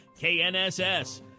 KNSS